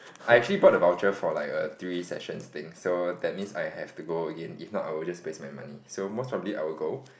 I actually bought the voucher for like a three sessions thing so that means I have to go again if not I will just waste my money so most probably I will go